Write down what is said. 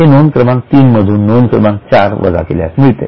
हे नोंद क्रमांक 3 मधून नोंद क्रमांक चार वजा केल्यास मिळते